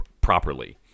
properly